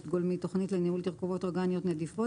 גולמי תכנית לניהול תרכובות אורגניות נדיפות,